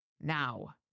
now